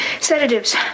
Sedatives